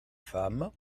femmes